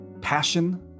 passion